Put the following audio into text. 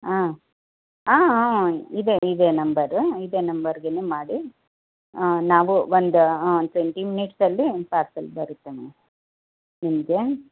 ಹಾಂ ಹಾಂ ಹಾಂ ಇದೆ ಇದೆ ನಂಬರ್ ಇದೆ ನಂಬರ್ಗೇ ಮಾಡಿ ಹಾಂ ನಾವು ಒಂದು ಹಾಂ ಟ್ವೆಂಟಿ ಮಿನಿಟ್ಸಲ್ಲಿ ಪಾರ್ಸೆಲ್ ಬರುತ್ತೆ ಮ್ಯಾಮ್ ನಿಮಗೆ